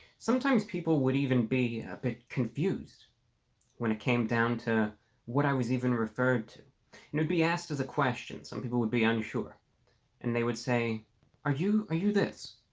sometimes people would even be a bit confused when it came down to what i was even referred to and be asked as a question some people would be unsure and they would say are you are you this?